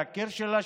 היקיר שלה,